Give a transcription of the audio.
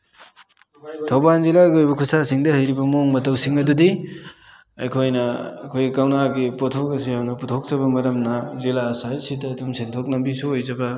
ꯊꯧꯕꯥꯜ ꯖꯤꯂꯥꯒꯤ ꯑꯣꯏꯕ ꯈꯨꯠ ꯁꯥ ꯁꯤꯡꯗ ꯍꯩꯔꯤꯕ ꯃꯑꯣꯡ ꯃꯇꯧꯁꯤꯡ ꯑꯗꯨꯗꯤ ꯑꯩꯈꯣꯏꯅ ꯑꯩꯈꯣꯏ ꯀꯧꯅꯥꯒꯤ ꯄꯣꯠꯊꯣꯛ ꯑꯁꯤ ꯌꯥꯝꯅ ꯄꯨꯊꯣꯛꯆꯕ ꯃꯔꯝꯅ ꯖꯤꯂꯥ ꯁꯍꯔꯁꯤꯗ ꯑꯗꯨꯝ ꯁꯦꯟꯊꯣꯛ ꯂꯝꯕꯤꯁꯨ ꯑꯣꯏꯖꯕ